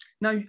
Now